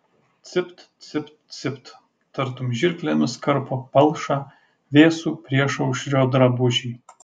cipt cipt cipt tartum žirklėmis karpo palšą vėsų priešaušrio drabužį